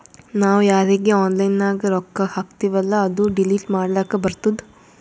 ನಾವ್ ಯಾರೀಗಿ ಆನ್ಲೈನ್ನಾಗ್ ರೊಕ್ಕಾ ಹಾಕ್ತಿವೆಲ್ಲಾ ಅದು ಡಿಲೀಟ್ ಮಾಡ್ಲಕ್ ಬರ್ತುದ್